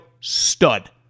stud